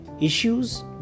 Issues